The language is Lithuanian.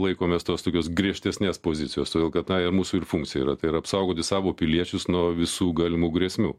laikomės tos tokios griežtesnės pozicijos todėl kad na ir mūsų ir funkcija yra tai yra apsaugoti savo piliečius nuo visų galimų grėsmių